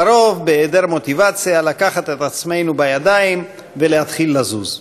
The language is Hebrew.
על-פי רוב בהיעדר מוטיבציה לקחת את עצמנו בידיים ולהתחיל לזוז.